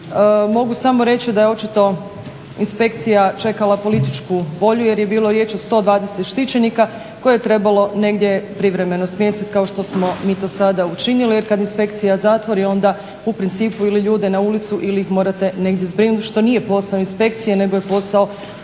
mogu samo reći da je očito inspekcija čekala političku volju, jer je bilo riječ o 120 štićenika koje je trebalo negdje privremeno smjestiti, kao što smo mi to sada učinili. Jer kad inspekcija zatvori onda u principu ili ljude na ulicu ili ih morate negdje zbrinuti, što nije posao inspekcije nego je posao